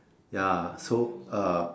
ya so uh